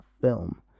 film